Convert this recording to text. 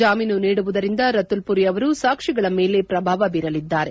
ಜಾಮೀನು ನೀಡುವುದರಿಂದ ರತುಲ್ ಮರಿ ಅವರು ಸಾಕ್ಷಿಗಳ ಮೇಲೆ ಪ್ರಭಾವ ಬೀರಲಿದ್ದಾರೆ